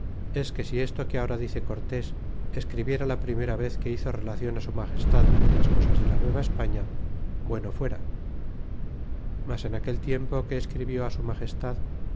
es que si esto que ahora dice cortés escribiera la primera vez que hizo relacion á su magestad de las cosas de la nueva españa bueno fuera mas en aquel tiempo que escribió á su magestad